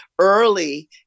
early